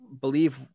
believe